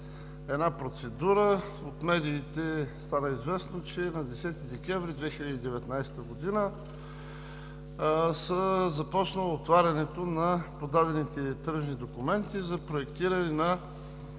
една процедура. От медиите стана известно, че на 10 декември 2019 г. е започнало отварянето на подадените тръжни документи за проектиране на